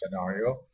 scenario